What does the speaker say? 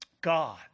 God